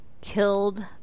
killed